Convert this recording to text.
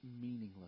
meaningless